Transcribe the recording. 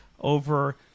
over